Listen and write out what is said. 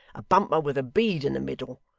a bumper with a bead in the middle!